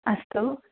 अस्तु